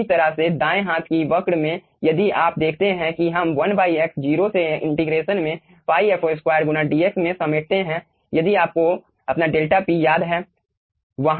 इसी तरह से दाएं हाथ की वक्र में यदि आप देखते हैं कि हम 1x 0 से x इंटीग्रेशन में ϕfo2 गुणा dx में समेटते हैं यदि आपको अपना डेल्टा P याद है